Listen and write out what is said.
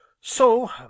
So